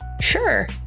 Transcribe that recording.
Sure